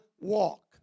walk